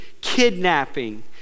kidnapping